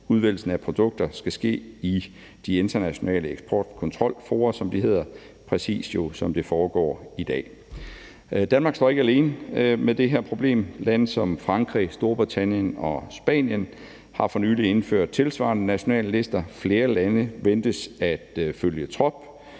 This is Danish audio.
Udvælgelsen af produkter skal ske i de internationale eksportkontrolfora, som de hedder, præcis som det foregår i dag. Danmark står ikke alene med det her problem. Lande som Frankrig, Storbritannien og Spanien har for nylig indført tilsvarende nationale lister. Flere lande ventes at følge trop.